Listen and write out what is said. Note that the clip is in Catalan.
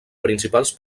principals